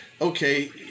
okay